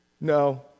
No